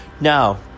Now